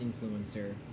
influencer